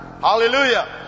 hallelujah